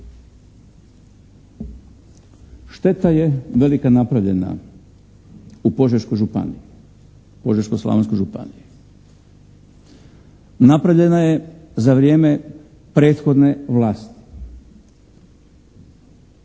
Šteta je velika napravljena u Požeškoj županiji, Požeško-slavonskoj županiji. Napravljena je za vrijeme prethodne vlasti.